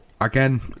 Again